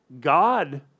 God